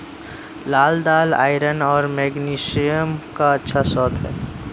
लाल दालआयरन और मैग्नीशियम का अच्छा स्रोत है